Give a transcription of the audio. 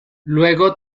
luego